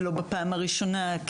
ולא בפעם הראשונה.